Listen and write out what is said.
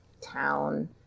town